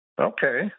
Okay